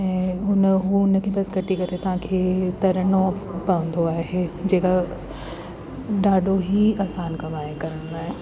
ऐं हुन उहो हुन खे बसि कटे करे तव्हांखे तरिणो पवंदो आहे जेका ॾाढो ई आसानु कमु आहे करणु लाइ